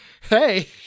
hey